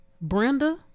Brenda